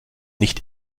nicht